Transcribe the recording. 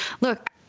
look